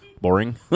boring